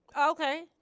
Okay